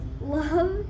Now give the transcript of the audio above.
love